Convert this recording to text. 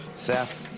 theft,